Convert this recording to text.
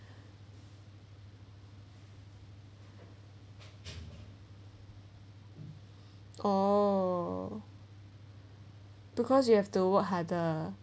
oh because you have to work harder